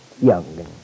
Young